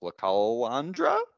Lacalandra